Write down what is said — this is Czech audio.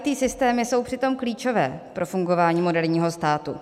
IT systémy jsou přitom klíčové pro fungování moderního státu.